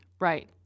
Right